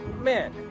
man